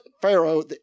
Pharaoh